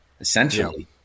essentially